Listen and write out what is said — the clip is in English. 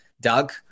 Doug